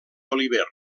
oliver